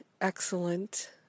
excellent